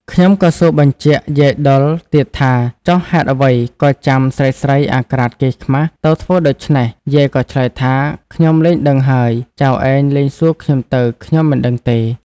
ខ្ញុំក៏សួរបញ្ជាក់យាយដុលទៀតថា ចុះហេតុអ្វី ក៏ចាំស្រីៗអាក្រាតកេរ្តិ៍ខ្មាសទៅធ្វើដូច្នេះ យាយក៏ឆ្លើយថាខ្ញុំលែងដឹងហើយ ចៅឯងលែងសួរខ្ញុំទៅ ខ្ញុំមិនដឹងទេ។